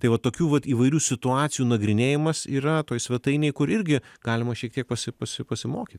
tai va tokių vat įvairių situacijų nagrinėjimas yra toj svetainėj kur irgi galima šiek tiek pasi pasi pasimokyt